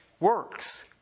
works